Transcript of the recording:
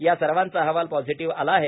या सर्वाचा अहवाल पॉझिटीव्ह आला आहे